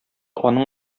аның